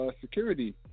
security